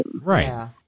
Right